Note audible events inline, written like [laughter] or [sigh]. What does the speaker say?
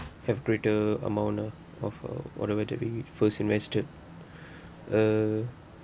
have greater amount lah of whatever that we first invested [breath] uh